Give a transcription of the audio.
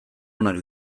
onak